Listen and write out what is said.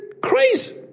crazy